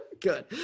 Good